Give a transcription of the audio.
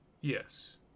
Yes